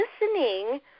listening